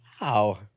Wow